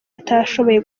batashoboye